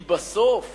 כי בסוף